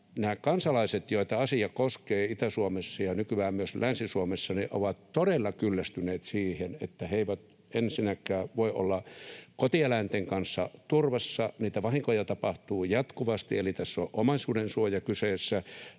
nämä kansalaiset, joita asia koskee Itä-Suomessa ja nykyään myös Länsi-Suomessa, ovat todella kyllästyneet siihen, että he eivät ensinnäkään voi olla kotieläinten kanssa turvassa. Niitä vahinkoja tapahtuu jatkuvasti, eli tässä on omaisuudensuoja kyseessä